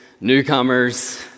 newcomers